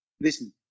Listen